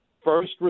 first